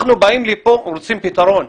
אנחנו באים לכאן ורוצים פתרון.